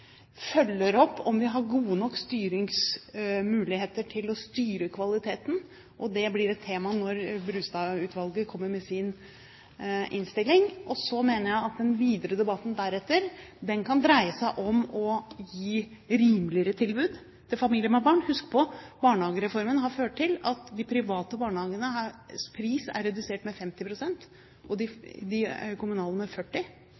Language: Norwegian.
følger opp om vi har gode nok muligheter til å styre kvaliteten. Det blir et tema når Brustad-utvalget kommer med sin innstilling. Så mener jeg at den videre debatten deretter kan dreie seg om å gi rimeligere tilbud til familier med barn. Husk på: Barnehagereformen har ført til at prisen for de private barnehagene er redusert med 50 pst. og de kommunale med 40